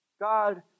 God